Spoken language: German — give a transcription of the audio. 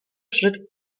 schritt